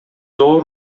оор